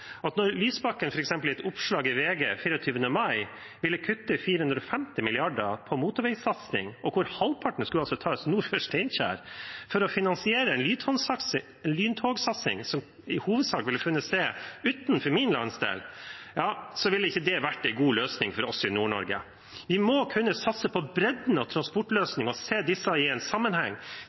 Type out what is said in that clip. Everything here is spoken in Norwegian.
at når representanten Lysbakken f.eks. i et oppslag i VG 24. mai i fjor ville kutte 450 mrd. kr i motorveisatsing, der halvparten skulle tas nord for Steinkjer, er det å finansiere en lyntogsatsing som i hovedsak ville funnet sted utenfor min landsdel. Det ville ikke vært en god løsning for oss i Nord-Norge. Vi må kunne satse på bredden av transportløsninger og se disse i en sammenheng.